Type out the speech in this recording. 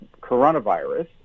coronavirus